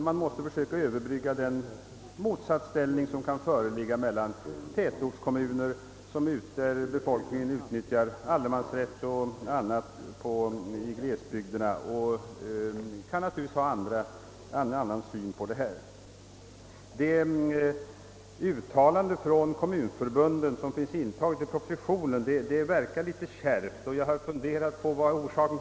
Man måste också försöka överbrygga den motsatsställning som kan föreligga mellan tätortskommuner och glesbygdskommuner i dessa avseenden. De uttalanden från kommunförbunden, som finns intagna i utlåtandet verkar litet kärva och jag har undrat över orsaken.